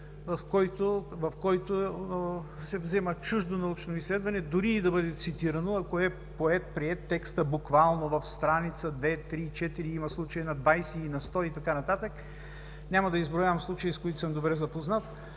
в който се взема чуждо научно изследване, дори и да бъде цитирано, ако текстът е приет буквално в страница, две, три, четири, има случаи на 20, на 100 и така нататък. Няма да изброявам случаи, с които съм добре запознат.